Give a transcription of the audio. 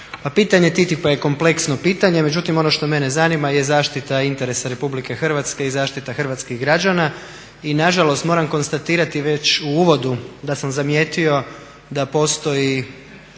pitanje TTIP-a je kompleksno pitanje, međutim ono što mene zanima je zaštita interesa RH i zaštita hrvatskih građana. Nažalost, moram konstatirati već u uvodu da sam zamijetio da postoji